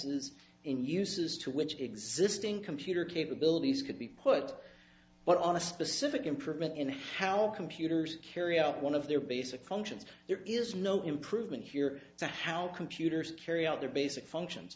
in uses to which existing computer capabilities could be put but on a specific improvement in how computers carry out one of their basic since there is no improvement here to how computers carry out their basic functions